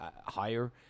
higher